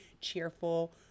cheerful